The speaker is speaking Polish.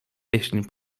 pieśń